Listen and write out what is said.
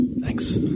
Thanks